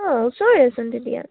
অঁ ওচৰেচোন তেতিয়া